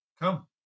come